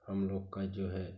हम लोग का जो है